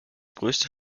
größte